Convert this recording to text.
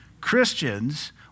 Christians